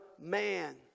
man